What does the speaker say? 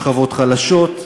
שכבות חלשות,